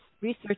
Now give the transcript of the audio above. research